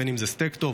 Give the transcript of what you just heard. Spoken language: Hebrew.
בין אם זה סטייק טוב,